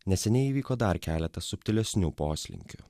neseniai įvyko dar keletą subtilesnių poslinkių